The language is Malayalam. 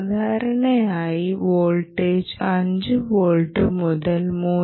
സാധാരണയായി വോൾട്ടേജ് 5 വോൾട്ട് മുതൽ 3